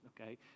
okay